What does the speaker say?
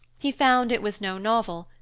he found it was no novel,